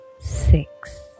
six